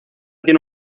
tiene